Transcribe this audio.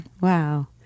Wow